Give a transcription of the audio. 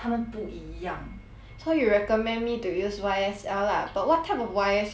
so you recommend me to use Y_S_L lah but what type of Y_S_L product should I try leh